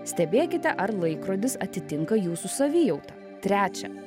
stebėkite ar laikrodis atitinka jūsų savijautą trečia